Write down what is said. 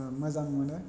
मोजां मोनो